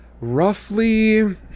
roughly